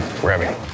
grabbing